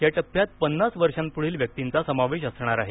या टप्प्यात पन्नास वर्षांपुढील व्यक्तींचा समावेश असणार आहे